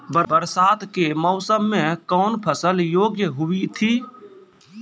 बरसात के मौसम मे कौन फसल योग्य हुई थी?